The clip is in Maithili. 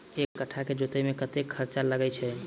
एक कट्ठा केँ जोतय मे कतेक खर्चा लागै छै?